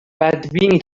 بدبینی